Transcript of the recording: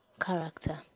character